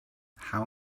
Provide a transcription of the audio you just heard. how